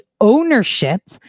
ownership